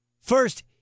First